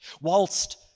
whilst